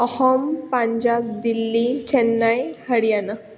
Assam Punjab Delhi Chennai Haryana